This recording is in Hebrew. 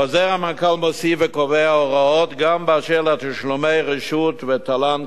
חוזר המנכ"ל מוסיף וקובע הוראות גם אשר לתשלומי רשות ותל"ן,